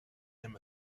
him